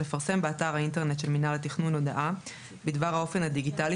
לפרסם באתר האינטרנט של מינהל התכנון הודעה בדבר האופן הדיגיטלי